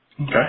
Okay